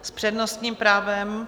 S přednostním právem?